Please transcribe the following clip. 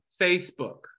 Facebook